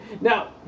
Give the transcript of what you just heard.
Now